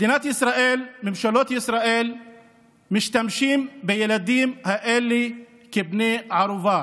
מדינת ישראל וממשלות ישראל משתמשות בילדים האלה כבני ערובה,